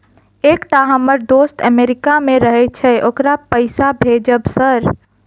एकटा हम्मर दोस्त अमेरिका मे रहैय छै ओकरा पैसा भेजब सर?